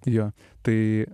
jo tai